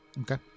okay